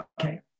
Okay